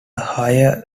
higher